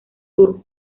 sur